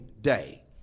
day